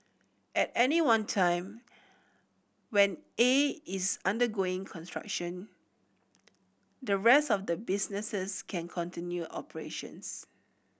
at any one time when A is undergoing construction the rest of the businesses can continue operations